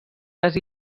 les